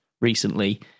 recently